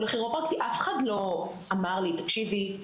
הכירופרקטי אף אחד לא אמר לי: תקשיבי,